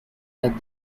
that